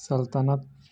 سلطنت